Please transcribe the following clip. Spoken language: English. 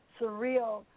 surreal